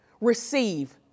Receive